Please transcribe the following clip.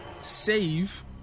save